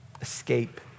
escape